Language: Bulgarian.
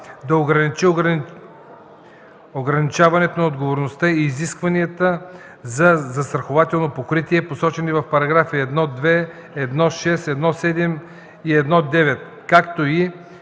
да отрази ограничаването на отговорността и изискванията за застрахователно покритие, посочени в параграфи 1.2, 1.6, 1.7 и 1.9, както и